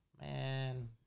Man